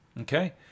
Okay